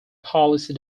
policy